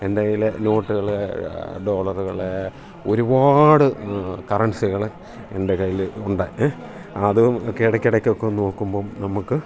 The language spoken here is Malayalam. എൻ്റെ കയ്യിൽ നോട്ടുകൾ ഡോളറുകൾ ഒരുപാട് കറൻസികൾ എൻ്റെ കയ്യിൽ ഉണ്ട് അതും ഒക്കെ ഇടക്കിടയ്ക്കൊക്കെ നോക്കുമ്പം നമുക്ക്